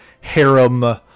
harem